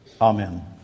Amen